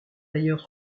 d’ailleurs